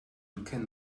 can